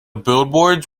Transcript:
billboards